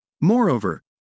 Moreover